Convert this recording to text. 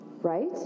Right